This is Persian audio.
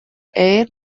ایر